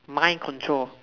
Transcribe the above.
mind control